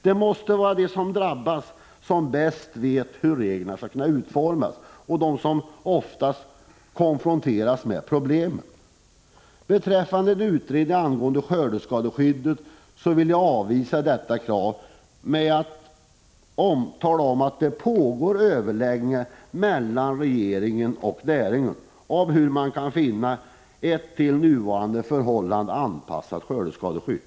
Det måste vara de som mest drabbas och som oftast konfronteras med problemen som bäst vet hur reglerna skall utformas. Kravet på en utredning angående skördeskadeskyddet vill jag avvisa. Det pågår överläggningar mellan regeringen och näringen om hur man kan finna — Prot. 1985/86:118 ett till nuvarande förhållanden anpassat skördeskadeskydd.